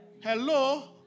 Hello